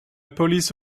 police